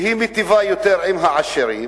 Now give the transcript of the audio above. שהיא מיטיבה יותר עם העשירים